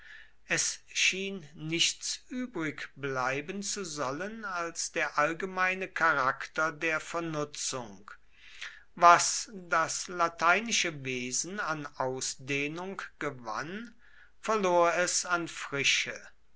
es schien nichts übrigbleiben zu sollen als der allgemeine charakter der vernutzung was das lateinische wesen an ausdehnung gewann verlor es an frische